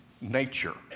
nature